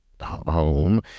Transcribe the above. home